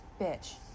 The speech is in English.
bitch